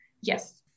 Yes